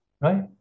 right